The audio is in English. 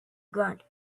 grunt